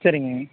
சரிங்க